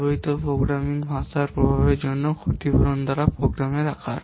ব্যবহৃত প্রোগ্রামিং ভাষার প্রভাবের জন্য ক্ষতিপূরণ দ্বারা প্রোগ্রামের আকার